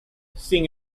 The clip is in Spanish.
sin